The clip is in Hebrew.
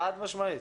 חד משמעית.